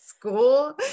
school